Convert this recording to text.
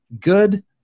good